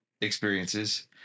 experiences